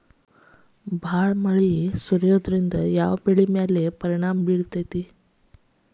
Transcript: ಭಾಳ ಮಳಿ ಬರೋದ್ರಿಂದ ಯಾವ್ ಬೆಳಿ ಮ್ಯಾಲ್ ಪರಿಣಾಮ ಬಿರತೇತಿ?